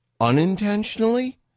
unintentionally